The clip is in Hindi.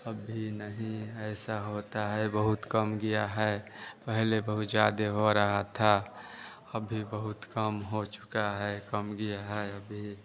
अभी नहीं ऐसा होता है बहुत कम गया है पहले बहुत ज़्यादा हो रहा था अभी बहुत कम हो चुका है कम गया है अभी